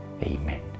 Amen